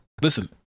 Listen